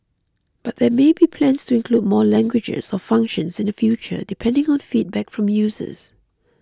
but there may be plans to include more languages or functions in the future depending on feedback from users